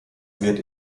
wird